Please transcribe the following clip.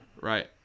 Right